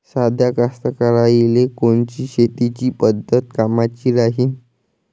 साध्या कास्तकाराइले कोनची शेतीची पद्धत कामाची राहीन?